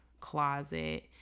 closet